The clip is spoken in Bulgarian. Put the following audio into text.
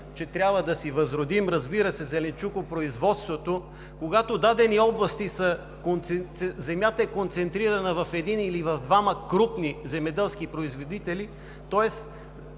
че трябва да си възродим зеленчукопроизводството, когато в дадени области земята е концентрирана в един или в двама крупни земеделски производители,